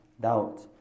doubt